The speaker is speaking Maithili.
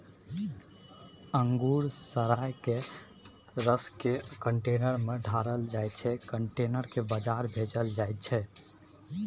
अंगुर सराए केँ रसकेँ कंटेनर मे ढारल जाइ छै कंटेनर केँ बजार भेजल जाइ छै